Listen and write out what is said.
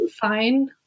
fine